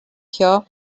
here